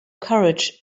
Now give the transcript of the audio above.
courage